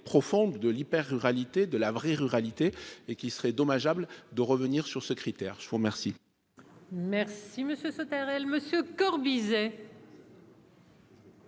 profonde de l'hyper-ruralité, de la vraie ruralité et qu'il serait dommageable de revenir sur ce critère, je vous remercie.